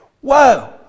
Whoa